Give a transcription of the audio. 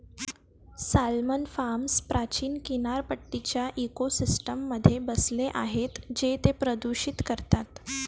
salmon farms प्राचीन किनारपट्टीच्या इकोसिस्टममध्ये बसले आहेत जे ते प्रदूषित करतात